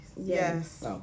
Yes